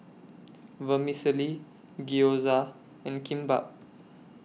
Vermicelli Gyoza and Kimbap